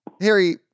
Harry